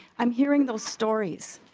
i'm hearing those stories.